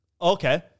Okay